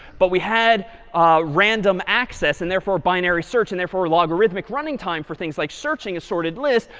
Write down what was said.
but we had random access and therefore binary search and therefore logarithmic running time for things like searching assorted lists.